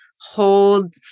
hold